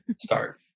start